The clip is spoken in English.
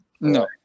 No